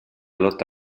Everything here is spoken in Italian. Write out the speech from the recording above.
lotta